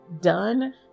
done